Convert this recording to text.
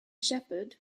shepherd